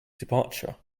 departure